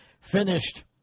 finished